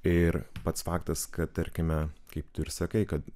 ir pats faktas kad tarkime kaip tu ir sakai kad